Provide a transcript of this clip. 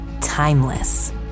timeless